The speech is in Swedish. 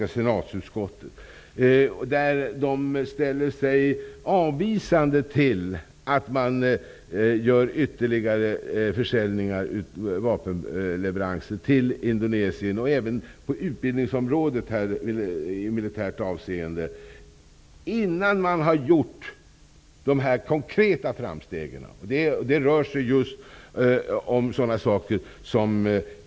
I senatsutskottet ställer man sig avvisande till ytterligare vapenleveranser till Indonesien -- det gäller även på utbildningsområdet i militärt avseende -- innan de konkreta framstegen gjorts.